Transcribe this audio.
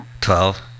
Twelve